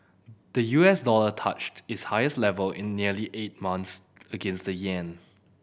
the U S dollar touched its highest level in nearly eight months against the yen